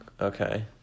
Okay